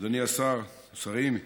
אדוני השר, שרים,